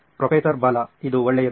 professor Bala ಇದು ಒಳ್ಳೆಯದು